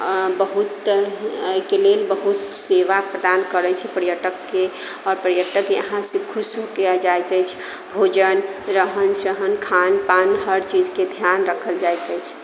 अऽ बहुत एहिके लेल बहुत सेवा प्रदान करै छै पर्यटकके आओर पर्यटक इहाँ से खुश हो के जाइ छै भोजन रहन सहन खानपान हर चीज के ध्यान रखल जाइत अछि